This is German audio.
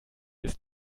ist